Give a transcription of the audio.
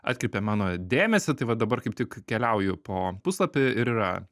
atkreipė mano dėmesį tai va dabar kaip tik keliauju po puslapį ir yra